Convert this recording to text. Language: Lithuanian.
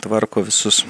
tvarko visus